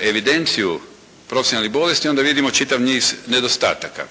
evidenciju profesionalnih bolesti, onda vidimo čitav niz nedostataka.